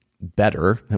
better